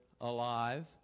alive